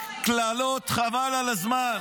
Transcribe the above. חבל על הזמן.